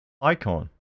Icon